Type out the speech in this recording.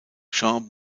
jean